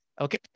okay